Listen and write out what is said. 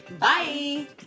bye